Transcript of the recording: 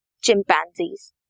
chimpanzees